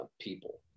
people